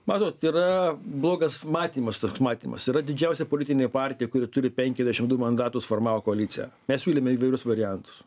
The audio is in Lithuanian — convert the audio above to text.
matot yra blogas matymas toks matymas yra didžiausia politinė partija kuri turi penkiasdešim du mandatus formavo koaliciją mes siūlėme įvairius variantus